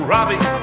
Robbie